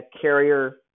carrier